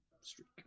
streak